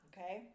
Okay